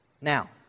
Now